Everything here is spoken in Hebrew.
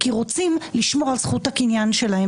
כי רוצים לשמור על זכות הקניין שלהם.